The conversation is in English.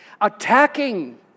attacking